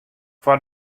foar